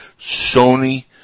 Sony